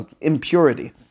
impurity